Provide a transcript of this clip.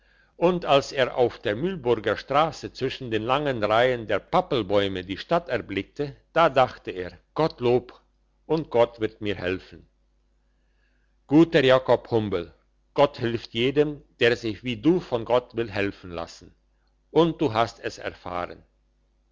und als er auf der mühlburger strasse zwischen den langen reihen der pappelbäume die stadt erblickte da dachte er gottlob und gott wird mir helfen guter jakob humbel gott hilft jedem der sich wie du von gott will helfen lassen und du hast es erfahren